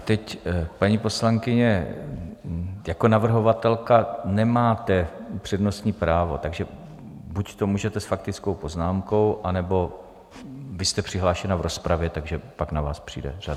Teď paní poslankyně jako navrhovatelka nemáte přednostní právo, takže buď můžete s faktickou poznámkou, anebo vy jste přihlášena v rozpravě, tak pak na vás přijde řada.